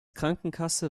krankenkasse